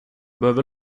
behöver